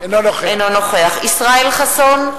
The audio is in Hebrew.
אינו נוכח ישראל חסון,